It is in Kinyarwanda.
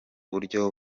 buryo